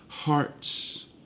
hearts